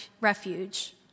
refuge